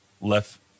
left